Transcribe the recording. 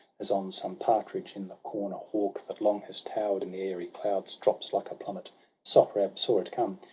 as on some partridge in the corn a hawk that long has tower'd in the airy clouds drops like a plummet sohrab saw it come,